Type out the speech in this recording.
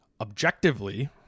Objectively